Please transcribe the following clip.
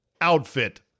outfit